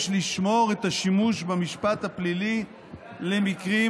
יש לשמור את השימוש במשפט הפלילי למקרים